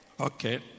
Okay